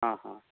ହଁ ହଁ